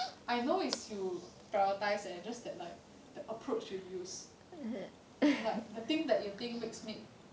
I know it's you prioritize leh just that like the approach you use like the thing that you think makes meat